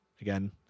again